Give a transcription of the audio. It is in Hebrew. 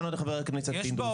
אני רוצה לענות לחבר הכנסת פינדרוס.